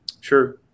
Sure